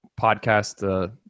podcast